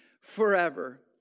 forever